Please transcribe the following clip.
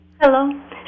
Hello